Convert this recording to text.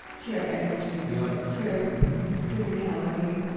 pure energy yeah pure physicality.